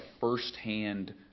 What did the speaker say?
firsthand